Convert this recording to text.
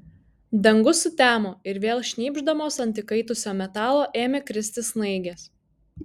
dangus sutemo ir vėl šnypšdamos ant įkaitusio metalo ėmė kristi snaigės